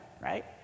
right